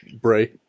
Bray